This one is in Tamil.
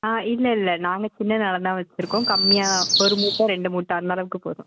ஆ இல்லை இல்லை நாங்களும் சின்ன நிலம் தான் வச்சிருக்கோம் கம்மியாக ஒரு மூட்டை ரெண்டு மூட்டை அந்த அளவுக்கு போதும்